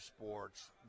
sports